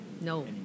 No